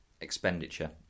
expenditure